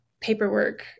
paperwork